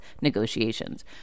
negotiations